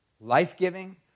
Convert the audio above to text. Life-giving